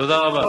תודה רבה.